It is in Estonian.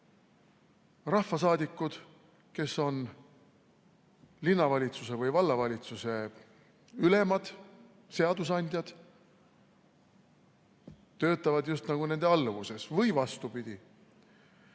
rahvasaadikud, kes on linnavalitsuse või vallavalitsuse ülemad, seadusandjad, töötavad just nagu nende alluvuses, või vastupidi.